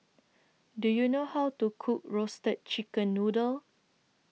Do YOU know How to Cook Roasted Chicken Noodle